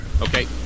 Okay